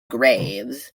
graves